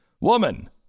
Woman